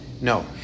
No